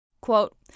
Quote